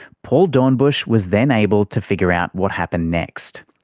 paul doornbusch was then able to figure out what happened next.